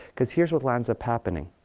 because here's with lands up happening.